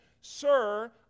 sir